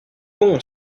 bon